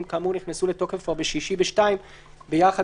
התש"ף 2020." הם כאמור נכנסו לתוקף כבר בשישי ב-14:00 ביחד